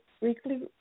weekly